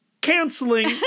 canceling